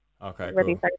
Okay